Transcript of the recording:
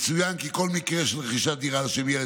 יצוין כי כל מקרה של רכישת דירה על שם ילד